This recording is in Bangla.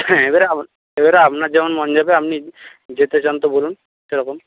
হ্যাঁ এবারে এবারে আপনার যেমন মন যাবে আপনি যেতে চান তো বলুন সেরকম